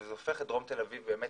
וזה הופך את דרום תל אביב לאיזושהי